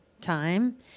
time